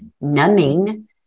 numbing